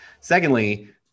secondly